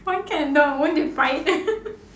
why cat and dog won't they fight